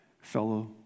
fellow